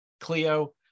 Cleo